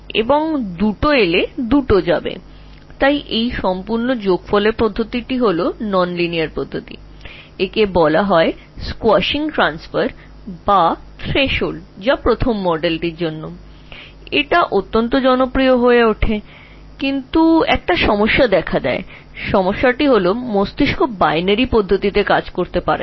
সুতরাং এই পুরো সংমিশ্রণ প্রক্রিয়াটি একটি অ রৈখিক প্রক্রিয়া যাকে squashing transfer of threshold বলে যা প্রথম মডেলের জন্য তৈরি হয়েছিল এবং এটি খুব জনপ্রিয় হয়েছিল তবে এটি নিয়ে সমস্যা ছিল এবং সমস্যাটি হল যে মস্তিষ্ক বাইনারি পদ্ধতিতে কাজ করে না